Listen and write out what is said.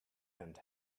and